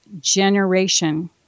generation